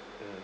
mm mm